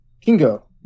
Kingo